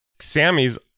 Sammy's